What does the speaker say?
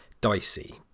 dicey